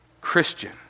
Christian